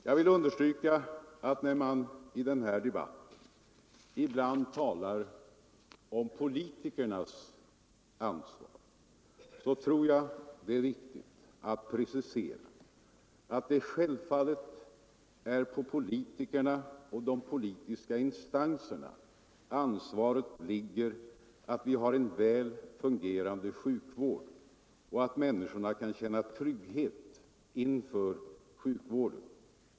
Jag vill understryka att när man i denna debatt ibland talar om politikernas ansvar, så tror jag det är viktigt att precisera att det självfallet är på politikerna och på de politiska instanserna ansvaret ligger att vi har en väl fungerande sjukvård och att människorna kan känna trygghet inför sjukvården.